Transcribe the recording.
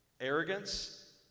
arrogance